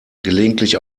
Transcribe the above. gelegentlich